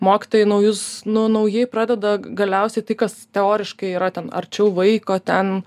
mokytojai naujus nu naujai pradeda galiausiai tai kas teoriškai yra ten arčiau vaiko ten